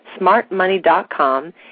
SmartMoney.com